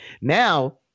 Now